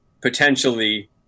potentially